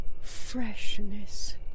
freshness